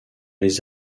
les